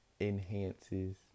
enhances